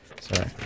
Sorry